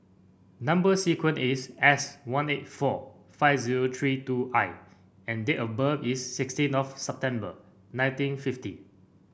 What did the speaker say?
number sequence is S one eight four five zero three two I and date of birth is sixteen of September nineteen fifty